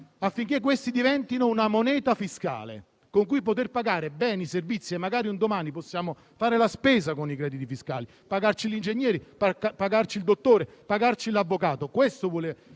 affinché questi diventino una moneta fiscale con cui poter pagare beni, servizi e magari un domani fare la spesa e pagare l'ingegnere, il dottore, l'avvocato.